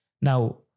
Now